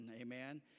Amen